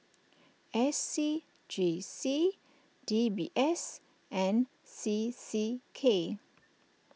S C G C D B S and C C K